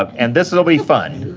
and this will be fun.